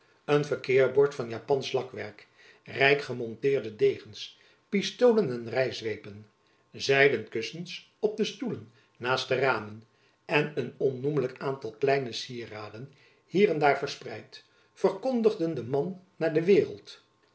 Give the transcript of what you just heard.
een verkeerbord van japansch lakwerk rijk gemonteerde degens pistolen en rijzwepen zijden kussens op de stoelen naast de ramen en een onnoemlijk aantal kleine cieraden hier en daar verspreid verkondigden den man naar de waereld